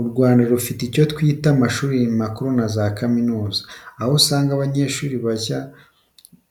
U Rwanda rufite icyo twita amashuri makuru na za kaminuza, aho usanga abanyeshuri bajya